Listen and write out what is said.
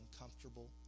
uncomfortable